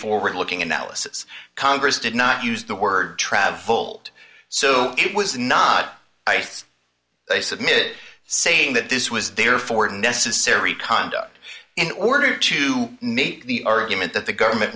forward looking analysis congress did not use the word trav told so it was not a submit saying that this was therefore necessary conduct in order to make the argument that the government